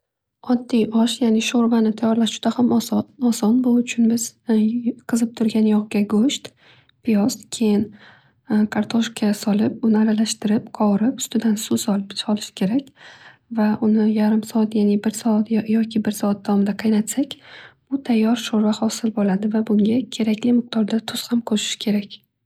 Oddiy osh yani sho'rvani tayorlash juda ham oson. Bu uchun biz qizib turgan yog'ga go'sht piyoz keyin kartoshka solib uni aralashtirib qovurib ustidan suv solish kerak va uni yarim soat yani bir soat davomida qaynatsak bu tayyor sho'rva hosil bo'ladi va bunga kerakli miqdorda tuz ham qo'shish kerak.